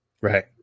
Right